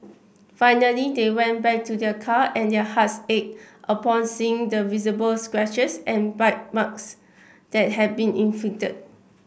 finally they went back to their car and their hearts ached upon seeing the visible scratches and bite marks that had been inflicted